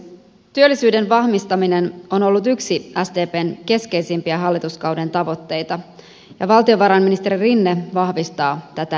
työllisyyden vahvistaminen on ollut yksi sdpn keskeisimpiä hallituskauden tavoitteita ja valtiovarainministeri rinne vahvistaa tätä linjaa